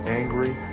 angry